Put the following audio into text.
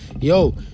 yo